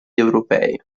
europee